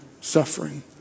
suffering